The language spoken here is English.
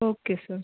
okay sir